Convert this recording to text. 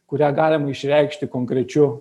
kurią galim išreikšti konkrečiu